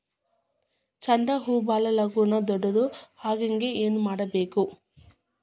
ಚಂಡ ಹೂ ಭಾಳ ಲಗೂನ ದೊಡ್ಡದು ಆಗುಹಂಗ್ ಏನ್ ಮಾಡ್ಬೇಕು?